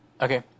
Okay